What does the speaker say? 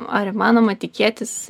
ar įmanoma tikėtis